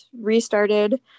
restarted